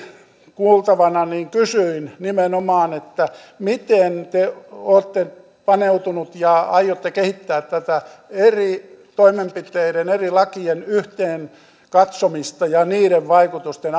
kuultavana niin kysyin nimenomaan että miten te olette paneutunut ja aiotte kehittää tätä eri toimenpiteiden eri lakien yhteenkatsomista ja niiden vaikutusten